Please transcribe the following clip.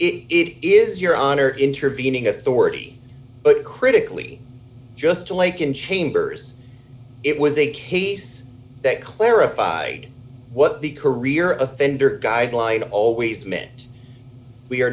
and it is your honor intervening authority but critically just like in chambers it was a case that clarified what the career offender guideline always meant we are